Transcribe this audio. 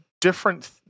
different